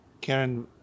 Karen